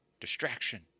distraction